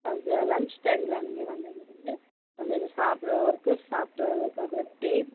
அந்த லன்ச் டைம்ல நீங்கள் வந்து இருந்து கொஞ்சம் அந்த சாப்பிட்ற வொர்க்கர்ஸ் சாப்பிடதுக்கு அப்புறம் டே